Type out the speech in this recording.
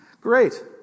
Great